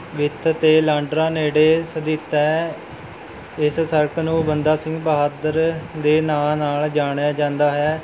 ਵਿੱਥ 'ਤੇ ਲਾਂਡਰਾ ਨੇੜੇ ਸਥਿਤ ਹੈ ਇਸ ਸੜਕ ਨੂੰ ਬੰਦਾ ਸਿੰਘ ਬਹਾਦਰ ਦੇ ਨਾਂ ਨਾਲ ਜਾਣਿਆ ਜਾਂਦਾ ਹੈ